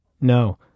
No